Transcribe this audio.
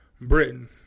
Britain